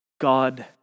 God